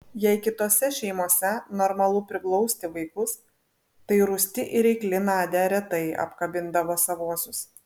jei kitose šeimose normalu priglausti vaikus tai rūsti ir reikli nadia retai apkabindavo savuosius